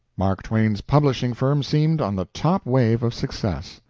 mark twain's publishing firm seemed on the top wave of success.